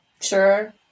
sure